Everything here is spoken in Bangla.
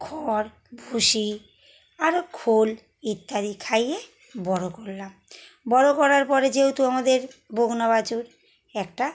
খড় ভুষি আরও খোল ইত্যাদি খাইয়ে বড় করলাম বড় করার পরে যেহেতু আমাদের বকনা বাছুর একটা